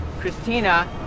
Christina